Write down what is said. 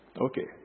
Okay